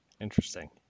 interesting